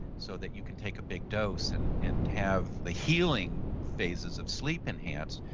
so that you can take a big dose and and have the healing phases of sleep enhanced.